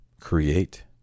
create